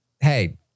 hey